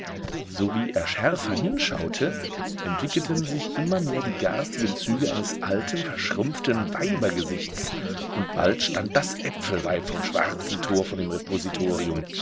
sowie er schärfer hinschaute entwickelten sich immer mehr die garstigen züge eines alten verschrumpften weibergesichts und bald stand das äpfelweib vom schwarzen tor vor dem